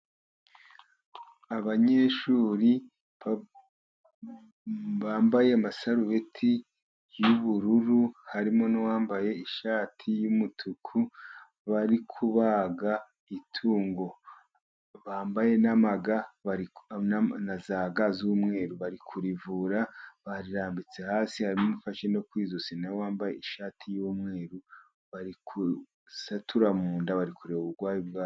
Abanyeshuri bambaye amasarubeti y'ubururu harimo n'uwambaye ishati y'umutuku, bari kubaga itungo bambaye na za ga z'umweru, bari kurivura barirambitse hasi, hari n'ufashe ku ijosi na we wambaye ishati y'umweru, bari kurisatura mu nda bari kureba uburwayi bwa......